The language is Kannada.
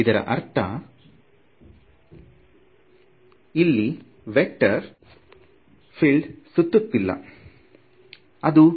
ಅದರ ಅರ್ಥ ಇಲ್ಲಿರುವ ವೇಕ್ಟರ್ ಫೀಲ್ಡ್ ಸುತ್ತುತ್ತಿಲ್ಲ ಇಲ್ಲ